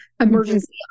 emergency